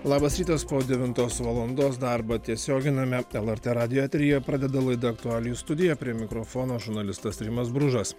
labas rytas po devintos valandos darbą tiesioginiame lrt radijo eteryje pradeda laida aktualijų studija prie mikrofono žurnalistas rimas bružas